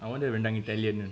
I want the rendang italian